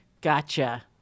Gotcha